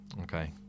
Okay